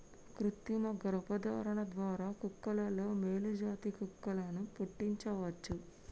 కృతిమ గర్భధారణ ద్వారా కుక్కలలో మేలు జాతి కుక్కలను పుట్టించవచ్చు